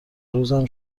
روزم